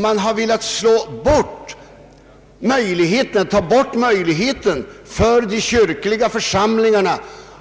Man har där velat ta bort möjligheten för de kyrkliga församlingarna